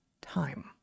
time